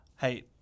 hey